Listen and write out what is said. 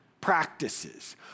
practices